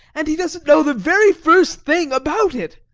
and he doesn't know the very first thing about it.